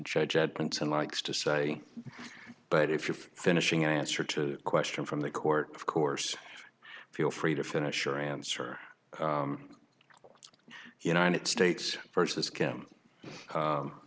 judge edmondson likes to say but if you're finishing an answer to question from the court of course feel free to finish your answer united states versus kim